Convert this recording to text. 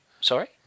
Sorry